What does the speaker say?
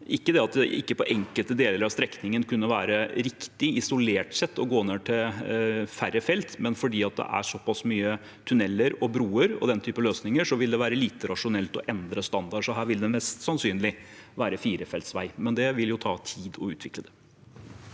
ikke at det ikke på enkelte deler av strekningen kunne være riktig isolert sett å gå ned til færre felt, men fordi det er såpass mange tunneler, broer og den type løsninger, vil det være lite rasjonelt å endre standard. Så her vil det mest sannsynlig være firefelts vei, men det vil jo ta tid å utvikle det.